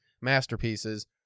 masterpieces